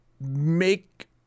make